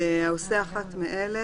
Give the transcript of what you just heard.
עונשין 3ב. העושה אחת מאלה,